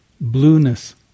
blueness